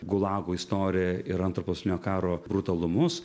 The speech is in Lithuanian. gulago istoriją ir antro pasaulinio karo brutalumus